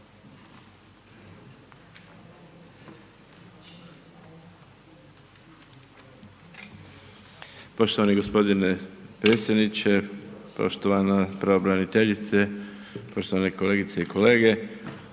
Poštovani gospodine predsjedniče, poštovana pravobraniteljice, poštovani kolegice i kolege.